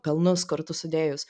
pelnus kartu sudėjus